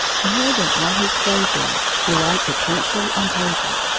more than all his playthings he liked a pencil and paper.